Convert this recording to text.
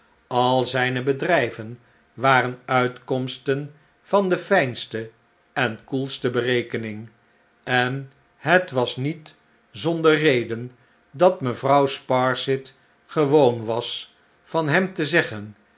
al zijne bedrijven waren uitkomsten van de fijnste en koelste berekening en het was niet zonder reden dat mevrouw sparsit gewoon was van hem te zeggen